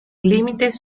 límites